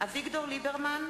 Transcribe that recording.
אביגדור ליברמן,